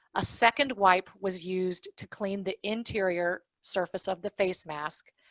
a second wipe was used to clean the interior surface of the face mask.